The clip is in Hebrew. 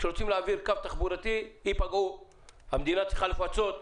כשרוצים להעביר קו תחבורה ייפגעו והמדינה צריכה לפצות.